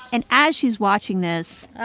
and as she's watching this,